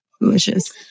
Delicious